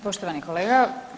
Poštovani kolega.